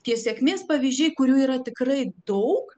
tie sėkmės pavyzdžiai kurių yra tikrai daug